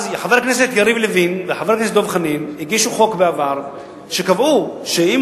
חבר הכנסת יריב לוין וחבר הכנסת דב חנין הגישו בעבר חוק שקבע שאם